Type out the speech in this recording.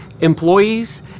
employees